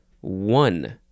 One